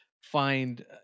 find